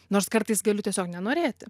nors kartais galiu tiesiog nenorėti